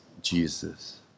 Jesus